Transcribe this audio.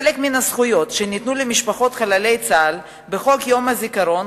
חלק מן הזכויות שניתנו למשפחות חללי צה"ל בחוק יום הזיכרון